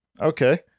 okay